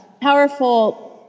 powerful